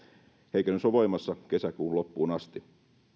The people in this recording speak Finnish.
heikennys on voimassa kesäkuun loppuun asti